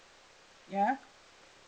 ya